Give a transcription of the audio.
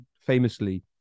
famously